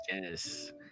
yes